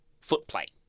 footplate